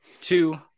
two